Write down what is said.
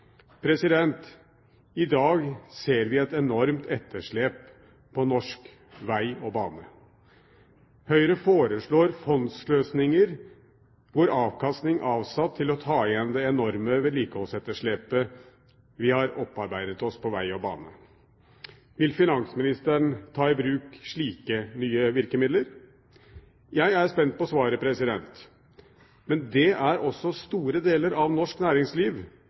I dag ser vi et enormt etterslep på norsk veg og bane. Høyre foreslår fondsløsninger med avkastning avsatt til å ta igjen det enorme vedlikeholdsetterslepet vi har opparbeidet oss på veg og bane. Vil finansministeren ta i bruk slike nye virkemidler? Jeg er spent på svaret, men det er også store deler av norsk næringsliv